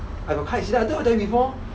I got car accident I thought I told you before